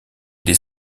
dès